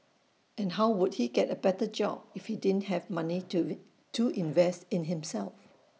and how would he get A better job if he didn't have money to to invest in himself